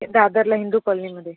दादरला हिंदू कॉलनीमध्ये